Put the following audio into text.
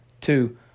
Two